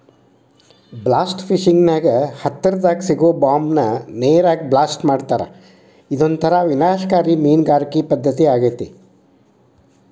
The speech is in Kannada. ಬ್ಲಾಸ್ಟ್ ಫಿಶಿಂಗ್ ನ್ಯಾಗ ಹತ್ತರದಾಗ ಸಿಗೋ ಬಾಂಬ್ ನ ನೇರಾಗ ಬ್ಲಾಸ್ಟ್ ಮಾಡ್ತಾರಾ ಇದೊಂತರ ವಿನಾಶಕಾರಿ ಮೇನಗಾರಿಕೆ ಪದ್ದತಿಯಾಗೇತಿ